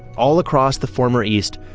all across the former east,